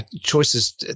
choices